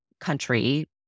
country